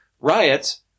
riots